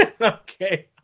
Okay